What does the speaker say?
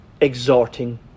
exhorting